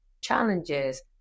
challenges